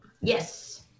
Yes